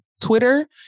twitter